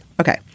Okay